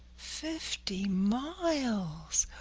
fifty miles?